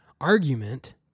argument